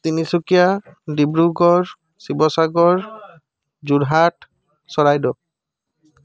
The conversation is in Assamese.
তিনিচুকীয়া ডিব্ৰুগড় শিৱসাগৰ যোৰহাট চৰাইদেউ